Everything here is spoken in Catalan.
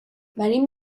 venim